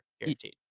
Guaranteed